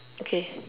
okay